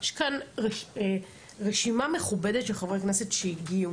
יש כאן רשימה מכובדת של חברי כנסת שהגיעו